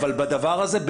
אבל בדבר הזה,